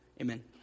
Amen